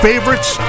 Favorites